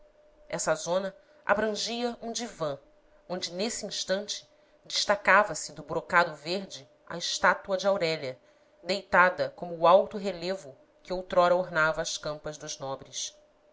essa zona abrangia um divã onde nesse instante destacava-se do brocado verde a estátua de aurélia deitada como o alto relevo que outrora ornava as campas dos nobres